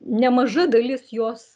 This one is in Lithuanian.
nemaža dalis jos